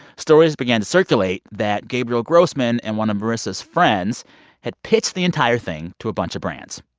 stories began to circulate that gabriel grossman and one of marissa's friends had pitched the entire thing to a bunch of brands.